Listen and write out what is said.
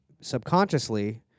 subconsciously